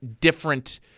different